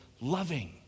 loving